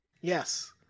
Yes